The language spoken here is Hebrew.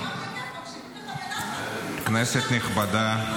כנסת נכבדה,